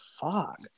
fuck